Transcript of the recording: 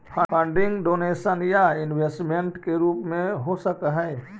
funding donation या investment के रूप में हो सकऽ हई